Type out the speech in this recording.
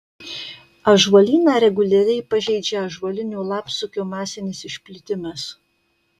ąžuolyną reguliariai pažeidžia ąžuolinio lapsukio masinis išplitimas